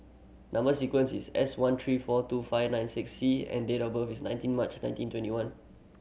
number sequence is S one three four two five nine six C and date of birth is nineteen March nineteen twenty one